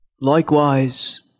likewise